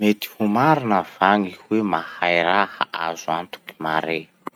Mety ho marina va gny hoe maray azo antoky mare?